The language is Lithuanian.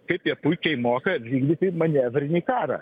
kaip jie puikiai moka vykdyti manevrinį karą